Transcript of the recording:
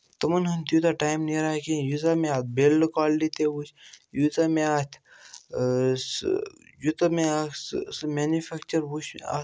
تِمَن ہُنٛد تیوٗتاہ ٹایم نیران کینٛہہ ییٖژاہ مےٚ اَتھ بِلڈٕ کالٹی تہِ وٕچھ یوٗتاہ مےٚ اَتھ سُہ یوٗتاہ مےٚ اَکھ سُہ سُہ مینفیٚکچَر وٕچھ اَکھ